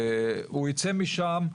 והוא יצא משם.